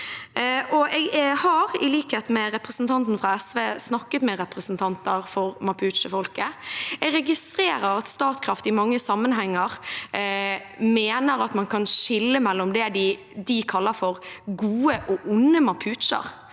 Jeg har, i likhet med representanten fra SV, snakket med representanter for mapuche-folket. Jeg registrerer at Statkraft i mange sammenhenger mener at man kan skille mellom det de kaller for gode og onde mapucher,